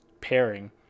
pairing